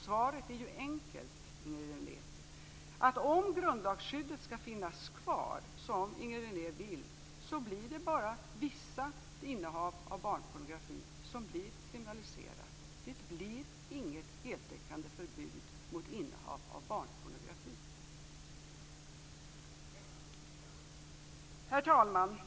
Svaret är enkelt, Inger René: René vill, blir det bara vissa innehav av barnpornografi som blir kriminaliserade. Det blir inget heltäckande förbud mot innehav av barnpornografi. Herr talman!